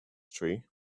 tree